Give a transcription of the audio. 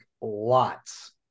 lots